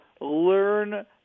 learn